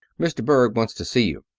mr. berg wants to see you.